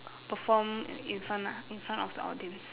perform uh in front lah in front of the audience